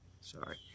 Sorry